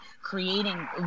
creating